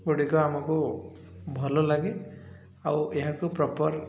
ଗୁଡ଼ିକ ଆମକୁ ଭଲ ଲାଗେ ଆଉ ଏହାକୁ ପ୍ରପର୍